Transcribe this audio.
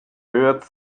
hört